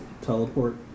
Teleport